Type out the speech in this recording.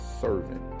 servant